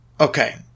Okay